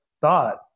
thought